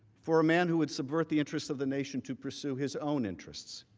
for a man who would subvert the interest of the nation to pursue his own interest.